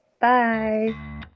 bye